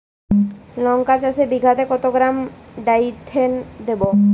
লঙ্কা চাষে বিঘাতে কত গ্রাম ডাইথেন দেবো?